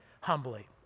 humbly